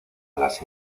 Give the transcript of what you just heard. las